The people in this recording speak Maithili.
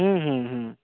हूँ हूँ हूँ